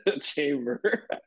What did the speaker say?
chamber